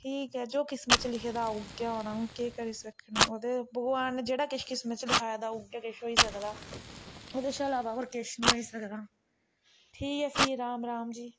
ठीक ऐ जो किस्मत च लिखे दा उ'यै होना हून केह् करी सकनें ओह् ते भगवान ने जेह्ड़ा किश किसमत च लखाए दा उ'यै किश होई सकदा ओह्दे शा अलावा होर किश नी होई सकदा ठीक ऐ फ्ही राम राम जी